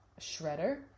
shredder